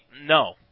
No